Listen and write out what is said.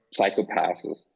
psychopaths